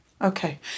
Okay